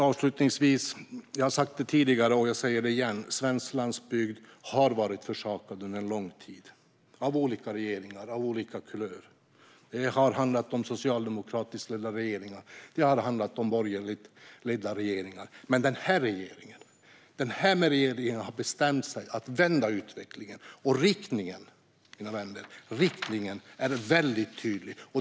Jag har sagt det tidigare, och jag säger det igen, avslutningsvis: Svensk landsbygd har varit försummad under en lång tid, av olika regeringar av olika kulör. Det har handlat om socialdemokratiskt ledda regeringar, och det har handlat om borgerligt ledda regeringar. Men den här regeringen har bestämt sig för att vända utvecklingen, och riktningen är väldigt tydlig, mina vänner.